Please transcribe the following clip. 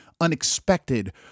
unexpected